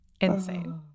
insane